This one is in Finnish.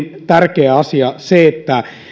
tärkeä asia se